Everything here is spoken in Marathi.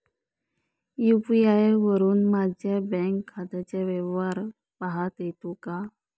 यू.पी.आय वरुन माझ्या बँक खात्याचा व्यवहार पाहता येतो का?